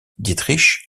dietrich